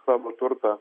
savo turtą